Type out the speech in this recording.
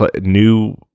new